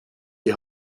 die